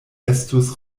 estus